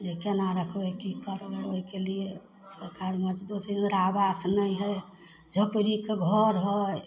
जे केना रखबै की करबय ओहिके लिए सरकार मजदूर इन्दिरा आवास नहि हइ झोपड़ीके घर हइ